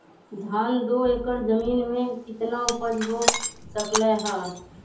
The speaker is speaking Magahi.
धान दो एकर जमीन में कितना उपज हो सकलेय ह?